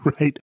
right